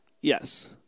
Yes